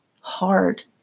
hard